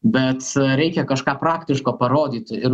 bet reikia kažką praktiško parodyti ir